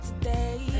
today